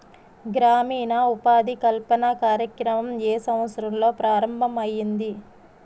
గ్రామీణ ఉపాధి కల్పన కార్యక్రమం ఏ సంవత్సరంలో ప్రారంభం ఐయ్యింది?